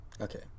Okay